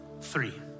three